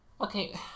Okay